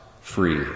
free